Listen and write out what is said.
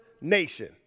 nation